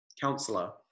counselor